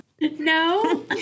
No